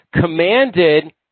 commanded